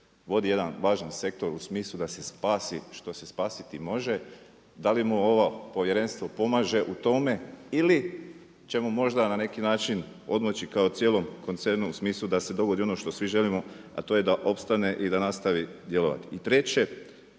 vodi jedan važan sektor u smislu da se spasi što se spasiti može, dali mu ovo povjerenstvo pomaže u tome ili će mu možda na neki način odmoći kao cijelom koncernu u smislu da se dogodi ono što svi želimo, a to je da opstane i da nastavi djelovati? I treće,